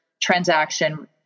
transaction